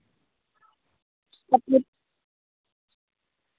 अ